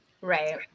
Right